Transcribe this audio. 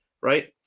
right